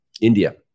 India